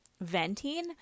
venting